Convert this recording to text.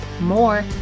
more